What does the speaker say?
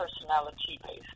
personality-based